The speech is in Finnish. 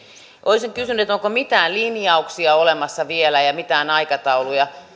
olisin kysynyt onko mitään linjauksia olemassa vielä ja ja mitään aikatauluja